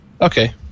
okay